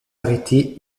arrêté